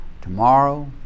tomorrow